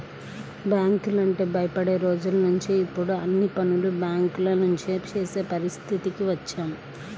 బ్యాంకులంటే భయపడే రోజులనుంచి ఇప్పుడు అన్ని పనులు బ్యేంకుల నుంచే చేసే పరిస్థితికి వచ్చాం